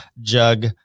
jug